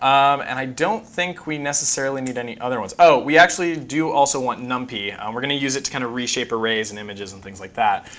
um and i don't think we necessarily need any other ones. oh, we actually do also want numpy. we're going to use it to kind of reshape arrays and images and things like that.